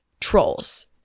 trolls